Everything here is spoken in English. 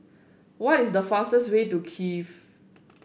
what is the fastest way to Kiev